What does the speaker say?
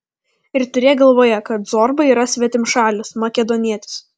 ir turėk galvoje kad zorba yra svetimšalis makedonietis